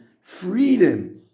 freedom